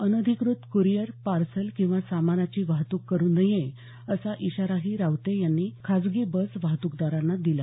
अनधिकृत courier parcel किंवा सामानाची वाहतूक करु नये असा इशाराही रावते यांनी खासगी बस वाहतूकदारांना दिला